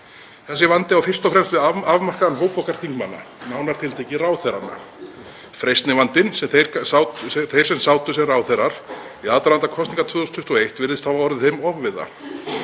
Þessi vandi á fyrst og fremst við afmarkaðan hóp okkar þingmanna, nánar tiltekið ráðherrana, en freistnivandi þeirra sem sátu sem ráðherrar í aðdraganda kosninga 2021 virðist hafa orðið þeim ofviða.